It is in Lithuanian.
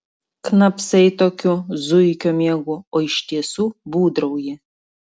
knapsai tokiu zuikio miegu o iš tiesų būdrauji